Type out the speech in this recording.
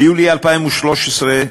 ביולי 2013,